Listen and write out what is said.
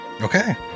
okay